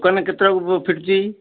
ଦୋକାନ କେତେଟାକୁ ଫିଟୁଛି